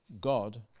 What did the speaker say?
God